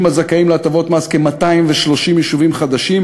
הזכאים להטבות מס כ-230 יישובים חדשים.